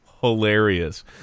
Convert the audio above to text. hilarious